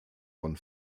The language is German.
von